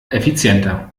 effizienter